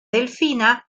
delfina